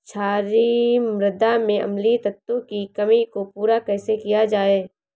क्षारीए मृदा में अम्लीय तत्वों की कमी को पूरा कैसे किया जाए?